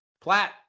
Platt